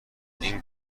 این